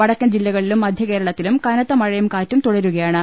വടക്കൻ ജില്ല കളിലും മധ്യകേരളത്തിലും കനത്ത മഴയും കാറ്റും തുടരുകയാ ണ്